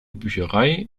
bücherei